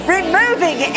Removing